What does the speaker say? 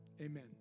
Amen